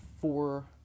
four